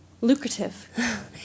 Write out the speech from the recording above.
lucrative